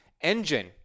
engine